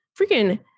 Freaking